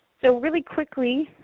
so really quickly,